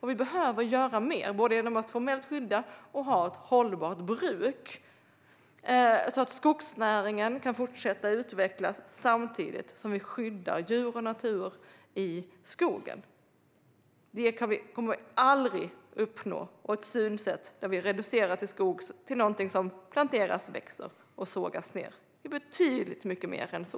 Vi behöver göra mer, både genom att formellt skydda och ha ett hållbart bruk så att skogsnäringen kan fortsätta att utvecklas, samtidigt som vi skyddar djur och natur i skogen. Det kommer vi aldrig att uppnå med ett synsätt som reducerar skog till någonting som planteras, växer och sågas ned. Skogen är betydligt mycket mer än så.